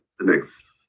next